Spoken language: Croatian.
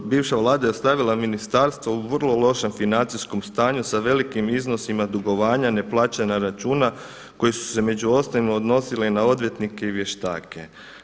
Bivša Vlada je ostavila ministarstvo u vrlo lošem financijskom stanju sa velikim iznosima dugovanja, neplaćenih računa koji su se među ostalim odnosile i na odvjetnike i vještake.